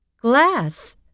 glass